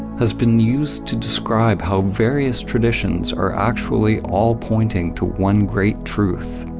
has been used to describe how various traditions are actually all pointing to one great truth.